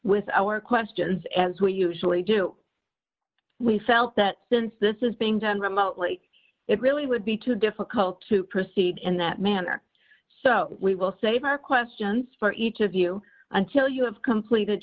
with our questions as we usually do we felt that since this is being done remotely it really would be too difficult to proceed in that manner so we will save our questions for each of you until you have completed